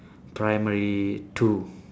primary two